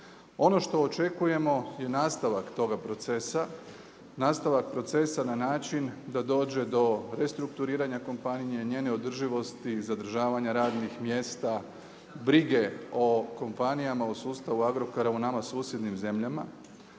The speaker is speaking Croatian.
Ono što očekujemo je nastavak toga procesa, nastavak procesa na način da dođe do restrukturiranja kompanije, njene održivosti, zadržavanja radnih mjesta, brige o kompanijama u sustavu Agrokora u nama susjednim zemljama